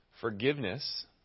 Forgiveness